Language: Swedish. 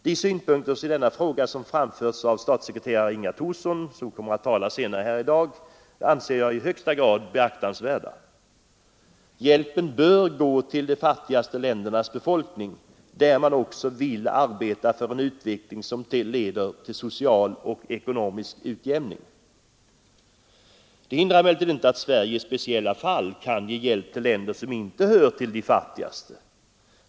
De synpunkter i denna fråga som framförts av statssekreteraren Inga Thorsson, som kommer att tala senare i debatten, är i högsta grad beaktansvärda. Hjälpen bör gå till befolkningen i de fattigaste länderna, där man vill arbeta för en utveckling som leder till social och ekonomisk utjämning. Det hindrar emellertid inte att Sverige i speciella fall kan ge hjälp till länder som inte hör till de fattigaste.